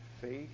faith